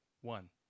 one